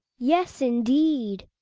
yes, indeed.